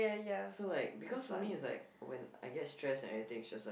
so like because for me it's like when I get stress and everything is just like